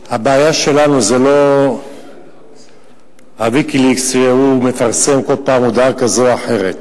הבעיה שלנו זה לא ה"ויקיליקס" שמפרסם כל פעם הודעה כזאת או אחרת.